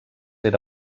era